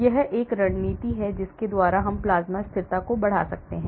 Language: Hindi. यह वह रणनीति है जिसके द्वारा हम प्लाज्मा स्थिरता को बढ़ा सकते हैं